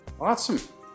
Awesome